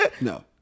No